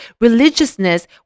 religiousness